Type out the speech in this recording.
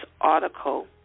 article